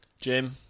Jim